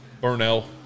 Burnell